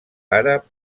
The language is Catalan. àrab